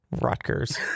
Rutgers